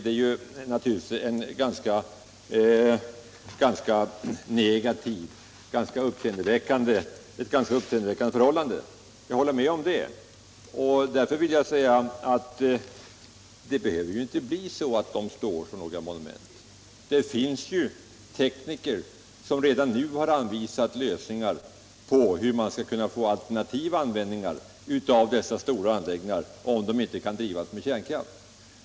Det vore naturligtvis ett ganska uppseendeväckande förhållande. Jag håller med om det. Därför vill jag säga att det inte behöver bli så att de står som monument. Det finns tekniker som redan nu har anvisat hur man på annat sätt skall kunna få användning för dessa stora anläggningar om de inte kan drivas med kärnkraft.